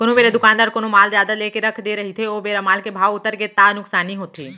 कोनो बेरा दुकानदार कोनो माल जादा लेके रख दे रहिथे ओ बेरा माल के भाव उतरगे ता नुकसानी होथे